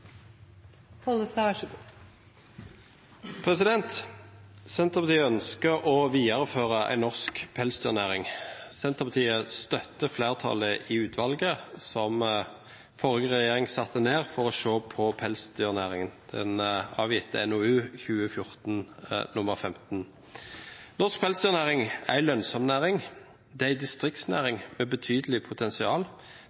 støtter flertallet i utvalget som forrige regjering satte ned for å se på pelsdyrnæringen, som avga NOU 2014:15. Norsk pelsdyrnæring er en lønnsom næring. Det er en distriktsnæring med betydelig potensial.